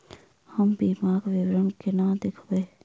हम बीमाक विवरण कोना देखबै?